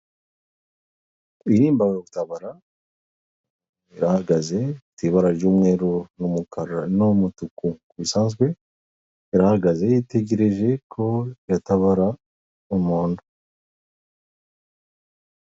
Iyi ni imbangukiragutabara ihagaze ifite ibara ry' umweru n' umukara n' umutuku bisanzwe irahagaze yiteguye ko yatabara umuntu.